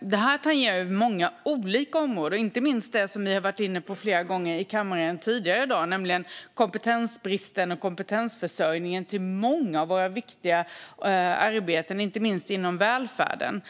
Detta tangerar många olika områden - inte minst det som ni har varit inne på flera gånger i kammaren tidigare i dag, nämligen kompetensbristen i och kompetensförsörjningen till många av våra viktiga arbeten, inte minst inom välfärden.